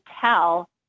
tell